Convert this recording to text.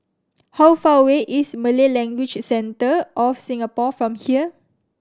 how far away is Malay Language Centre of Singapore from here